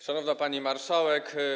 Szanowna Pani Marszałek!